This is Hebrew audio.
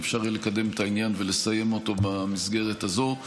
ואפשר יהיה לקדם את העניין ולסיים אותו במסגרת הזו.